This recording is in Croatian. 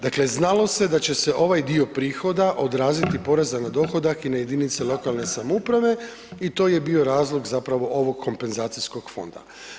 Dakle, znalo se da će se ovaj dio prihoda odraziti poreza na dohodak i na jedinice lokalne samouprave i to je bio razlog zapravo ovog kompenzacijskog fonda.